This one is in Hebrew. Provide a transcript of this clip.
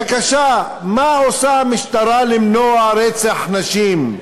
בבקשה, מה עושה המשטרה למנוע רצח נשים?